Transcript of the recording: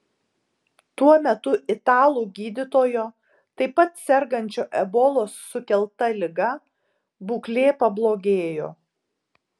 tuo metu italų gydytojo taip pat sergančio ebolos sukelta liga būklė pablogėjo